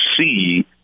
see